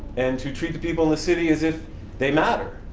and to treat the people in the city as if they matter.